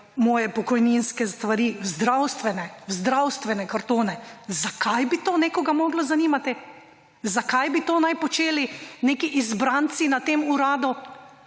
moje pokojninske stvari, v zdravstvene kartone. Zakaj bi to nekoga moralo zanimati? Zakaj bi to naj počeli neki izbranci na tem uradu,